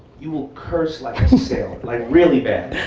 you will curse like a sailor like, really bad!